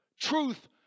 Truth